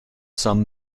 some